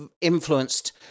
influenced